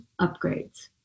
upgrades